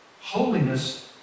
Holiness